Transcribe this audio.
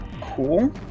Cool